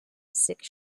six